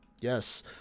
Yes